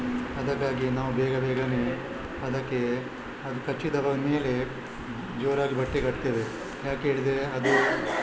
ಅದಕ್ಕಾಗಿ ನಾವು ಬೇಗ ಬೇಗನೇ ಅದಕ್ಕೆ ಅದು ಕಚ್ಚಿದ್ದರ ಮೇಲೆ ಜೋರಾಗಿ ಬಟ್ಟೆ ಕಟ್ತೇವೆ ಯಾಕೆ ಹೇಳಿದ್ರೆ ಅದು